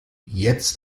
jetzt